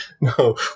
No